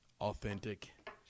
authentic